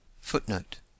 Footnote